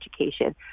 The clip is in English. education